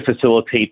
facilitate